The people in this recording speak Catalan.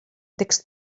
text